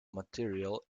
material